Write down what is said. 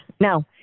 now